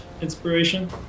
Inspiration